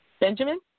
Benjamin